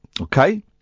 okay